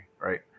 right